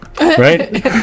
Right